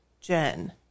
Jen